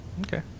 Okay